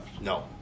No